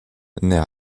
naît